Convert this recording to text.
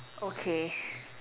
okay